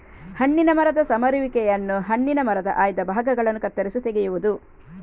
ಹಣ್ಣಿನ ಮರದ ಸಮರುವಿಕೆಯನ್ನು ಹಣ್ಣಿನ ಮರದ ಆಯ್ದ ಭಾಗಗಳನ್ನು ಕತ್ತರಿಸಿ ತೆಗೆಯುವುದು